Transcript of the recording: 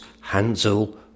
Hansel